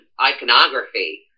iconography